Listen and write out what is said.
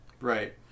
Right